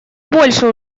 больше